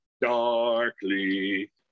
darkly